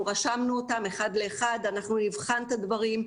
רשמנו אחד לאחד את כל הנושאים שעלו ואנחנו נבחן את הדברים.